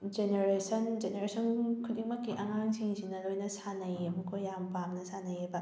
generation generation ꯈꯨꯗꯤꯡꯃꯛꯀꯤ ꯑꯉꯥꯡꯁꯤꯡ ꯁꯤꯅ ꯂꯣꯏꯅ ꯁꯥꯟꯅꯩꯕꯀꯣ ꯌꯥꯝ ꯄꯥꯝꯅ ꯁꯥꯟꯅꯩꯌꯦꯕ